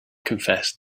confessed